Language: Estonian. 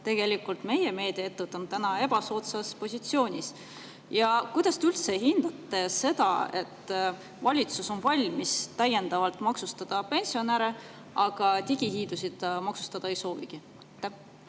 tegelikult on meie meediaettevõtted täna ebasoodsas positsioonis. Kuidas te hindate seda, et valitsus on valmis täiendavalt maksustama pensionäre, aga digihiidusid maksustada ei soovi?